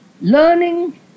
learning